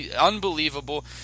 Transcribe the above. unbelievable